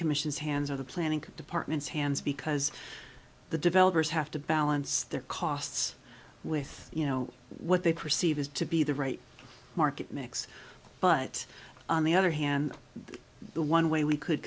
commission's hands or the planning departments hands because the developers have to balance their costs with you know what they perceive as to be the right market mix but on the other hand the one way we could